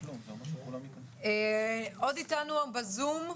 אתנו ב-זום,